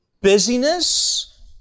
Busyness